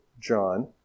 John